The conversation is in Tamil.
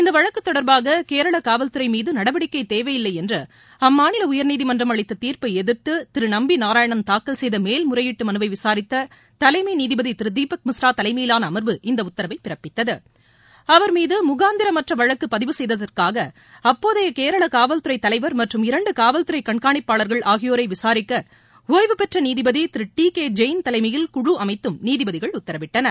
இந்த வழக்கு தொடர்பாக கேரள காவல்துறை மீது நடவடிக்கை தேவையில்லை என்று அம்மாநில உயர்நீதிமன்றம் அளித்த தீர்ப்பை எதிர்த்து திரு நம்பி நாரயாணன் தாக்கல் செய்த மேல்முறையீட்டு மனுவை விசாரித்த தலைமை நீதிபதி திரு தீபக் மிஸ்ரா தலைமையிலான அமா்வு இந்த உத்தரவை பிறப்பித்தது அவர் மீது முகாந்திரமற்ற வழக்கு பதிவு செய்ததற்காக அப்போதைய கேரள காவல்துறை தலைவா் மற்றும் இரண்டு காவல்துறை கண்காணிப்பாளர்கள் ஆகியோரை விசாரிக்க ஒய்வுபெற்ற நீதிபதி திரு டி கே ஜெயின் தலைமையில் குழு அமைத்தும் நீதிபதிகள் உத்தரவிட்டனர்